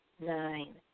nine